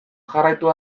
jarraitu